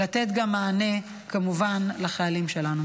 זה יוכל בהמשך לתת גם מענה לחיילים שלנו,